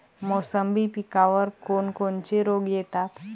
मोसंबी पिकावर कोन कोनचे रोग येतात?